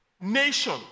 nation